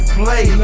play